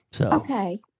Okay